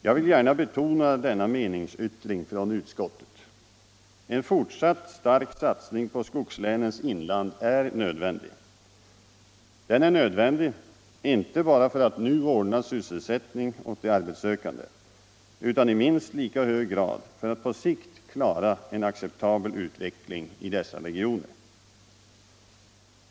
Jag vill gärna betona denna meningsyttring från utskottet. En fortsatt stark satsning på skogslänens inland är nödvändig. Den är nödvändig inte bara för att nu ordna sysselsättning åt de arbetssökande utan i minst lika hög grad för att på sikt klara en acceptabel utveckling i dessa regioner.